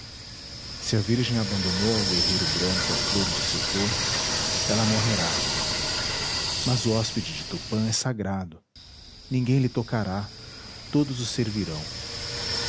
se a virgem abandonou ao guerreiro branco a flor de seu corpo ela morrerá mas o hóspede de tupã é sagrado ninguém lhe tocará todos o servirão